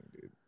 dude